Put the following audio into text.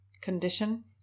condition